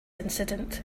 incident